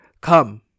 Come